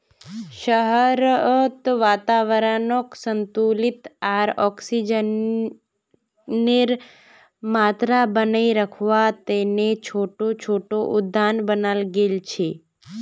शहरत वातावरनक संतुलित आर ऑक्सीजनेर मात्रा बनेए रखवा तने छोटो छोटो उद्यान बनाल गेल छे